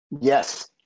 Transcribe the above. Yes